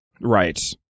right